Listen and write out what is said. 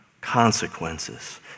consequences